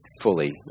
fully